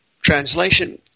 Translation